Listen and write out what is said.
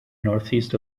northeast